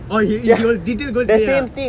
oh he will he will detail go there ah